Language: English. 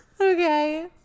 Okay